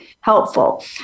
helpful